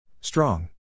Strong